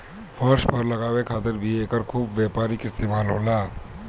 फर्श पर लगावे खातिर भी एकर खूब व्यापारिक इस्तेमाल होला